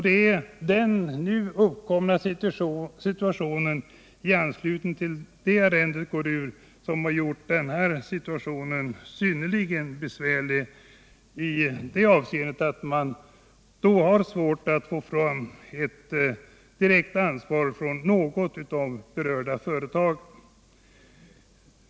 Det är det nu uppkomna läget i anslutning till att arrendet går ut, som har gjort situationen synnerligen besvärlig, i det avseendet att man har svårt att få fram en direkt ansvarskänsla hos något av de berörda företagen.